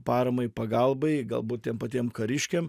paramai pagalbai galbūt tiem patiem kariškiam